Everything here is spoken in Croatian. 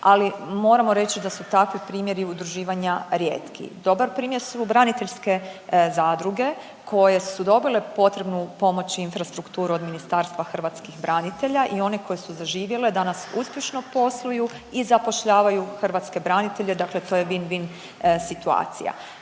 ali moramo reći da su takvi primjeri udruživanja rijetki. Dobar primjer su braniteljske zadruge koje su dobile potrebnu pomoć i infrastrukturu od Ministarstva hrvatskih branitelja i one koje su zaživjele danas uspješno posluju i zapošljavaju hrvatske branitelje. Dakle to je vin-vin situacija.